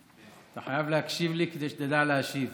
אתה חייב להקשיב לי, כדי שתדע להשיב.